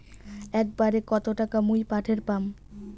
একবারে কত টাকা মুই পাঠের পাম?